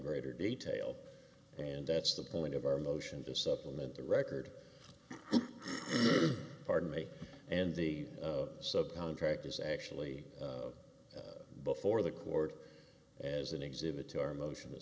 greater detail and that's the point of our motion to supplement the record pardon me and the sub contract is actually before the court as an exhibit to our motion t